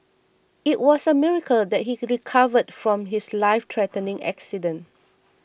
it was a miracle that he recovered from his lifethreatening accident